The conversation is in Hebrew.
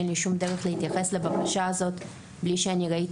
אין לי שום דרך להתייחס לבקשה הזאת בלי שראיתי